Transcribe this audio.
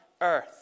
Earth